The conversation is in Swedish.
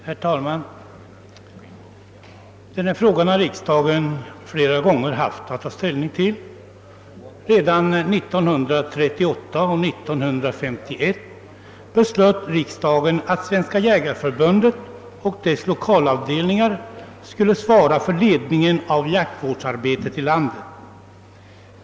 Herr talman! Den fråga vi nu diskuterar har riksdagen flera gånger haft att ta ställning till. 1938 och 1951 års riksdagar beslöt att Svenska jägareförbundet och dess lokalavdelningar skulle svara för ledningen av jaktvårdsarbetet i landet.